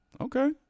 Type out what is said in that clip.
Okay